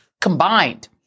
combined